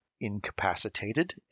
incapacitated